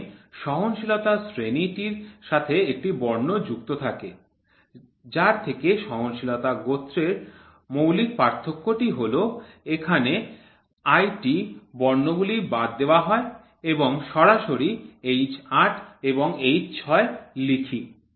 যেখানে সহনশীলতার শ্রেণী টির সাথে একটি বর্ণ যুক্ত থাকে যার থেকে সহনশীলতার গোত্রের মৌলিক পার্থক্য টি হল এখানে IT বর্ণগুলি বাদ দেওয়া হয় এবং সরাসরি H8 এবং f6 লিখি